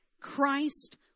Christ